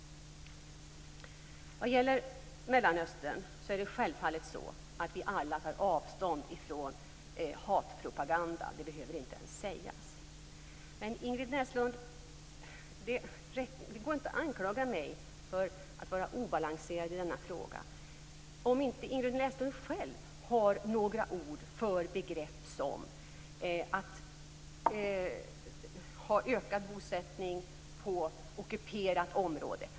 I frågan om Mellanöstern vill jag säga att vi alla självfallet tar avstånd från hatpropaganda. Det behöver inte ens sägas. Men Ingrid Näslund kan inte anklaga mig för att vara obalanserad i denna fråga, om inte Ingrid Näslund själv har ord för begrepp som ökad bosättning på ockuperat område.